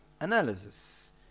analysis